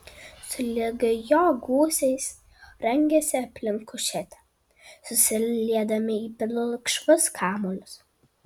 sulig jo gūsiais rangėsi aplink kušetę susiliedami į pilkšvus kamuolius